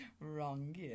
wrong